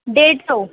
ॾेड सौ